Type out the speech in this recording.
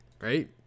right